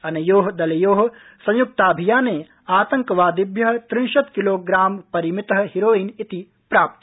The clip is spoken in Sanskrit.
अनयो दलयो संयुक्ताभियाने आतंकवादिभ्य त्रिंशत् किलोप्राम परिमित हिरोइन इति प्राप्त